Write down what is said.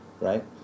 Right